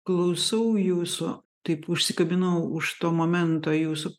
klausau jūsų taip užsikabinau už to momento jūsų